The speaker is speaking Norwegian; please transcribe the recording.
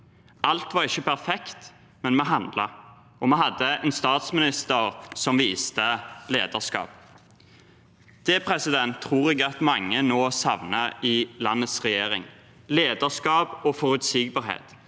Alt var ikke perfekt, men vi handlet, og vi hadde en statsminister som viste lederskap. Det tror jeg at mange nå savner fra landets regjering – lederskap og forutsigbarhet